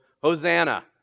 Hosanna